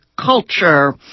culture